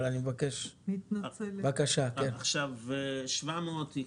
אבל אני מבקש לאפשר לשר להמשיך.